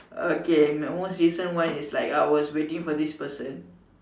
okay my most recent one is like I was waiting for this person